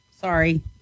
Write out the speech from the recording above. Sorry